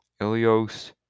Ilios